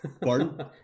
Pardon